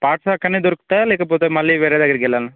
parts అక్కడే దొరుకుతాయా లేకపోతే మళ్ళీ వేరే దగ్గరకి వెళ్ళాల్నా